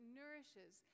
nourishes